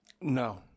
No